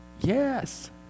yes